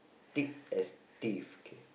thick as thieves K